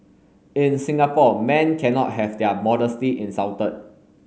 in Singapore men cannot have their modesty insulted